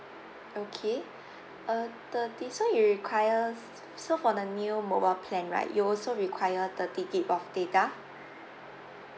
okay uh thirty so you require s~ s~ so for the new mobile plan right you also require thirty gig of data